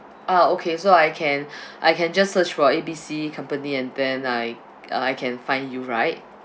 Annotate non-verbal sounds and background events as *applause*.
ah okay so I can *breath* I can just search for A B C company and then I uh I can find you right